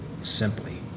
simply